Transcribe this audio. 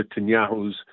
Netanyahu's